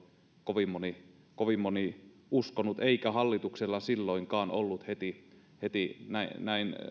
kovin moni kovin moni uskonut eikä hallituksella silloinkaan ollut heti heti näin